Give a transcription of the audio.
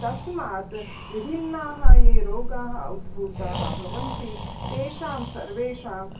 तस्मात् विभिन्नाः ये रोगाः उत्भूताः भवन्ति तेषां सर्वेषां